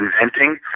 inventing